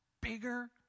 bigger